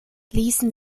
ließen